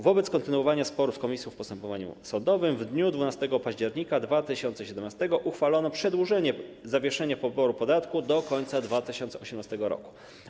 Wobec kontynuowania sporu z Komisją w postępowaniu sądowym w dniu 12 października 2017 r. uchwalono przedłużenie zawieszenia poboru podatku do końca 2018 r.